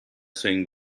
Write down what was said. swing